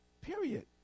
Period